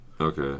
Okay